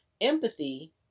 Empathy